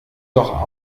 doch